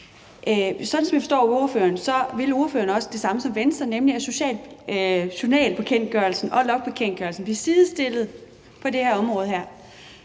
Sådan som jeg forstår ordføreren, vil ordføreren også det samme som Venstre, nemlig at journalbekendtgørelsen og logbekendtgørelsen bliver sidestillet på det her område.